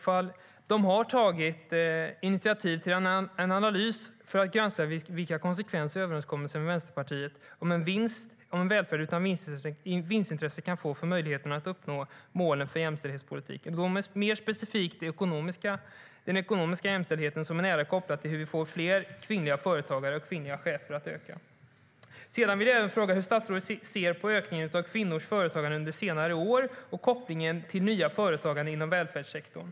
Har statsrådet tagit initiativ till en analys för att granska vilka konsekvenser överenskommelsen med Vänsterpartiet om "en välfärd utan vinstintresse" kan få för möjligheten att uppnå målen för jämställdhetspolitiken? Mer specifikt gäller frågan den ekonomiska jämställdheten, som är nära kopplad till hur vi får fler kvinnliga företagare och kvinnliga chefer. Jag vill även fråga hur statsrådet ser på ökningen av kvinnors företagande under senare år och kopplingen till nya företag inom välfärdssektorn.